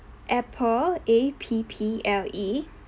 apple A P P L E